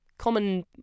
common